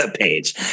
page